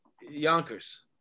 yonkers